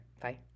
Bye